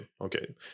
okay